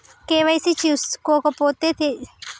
KYC చేసుకోకపోతే తీసుకునే ఖాతా చెల్లదా?